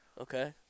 Okay